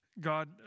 God